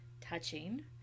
touching